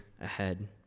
ahead